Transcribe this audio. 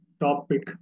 topic